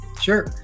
Sure